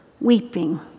weeping